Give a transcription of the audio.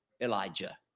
Elijah